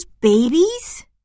babies